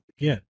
again